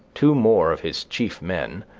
two more of his chief men,